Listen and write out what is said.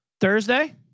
Thursday